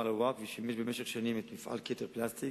לווקף ושימש במשך שנים את מפעל "כתר פלסטיק"